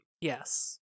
Yes